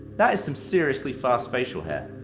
that is some seriously fast facial hair.